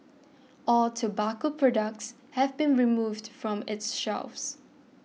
all tobacco products have been removed from its shelves